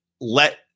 let